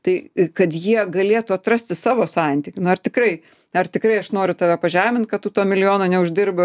tai kad jie galėtų atrasti savo santykių nu ar tikrai ar tikrai aš noriu tave pažemint kad tu to milijono neuždirbai